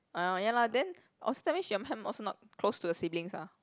orh ya lah then also tell me also not close to the siblings ah